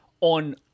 on